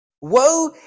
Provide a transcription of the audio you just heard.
Woe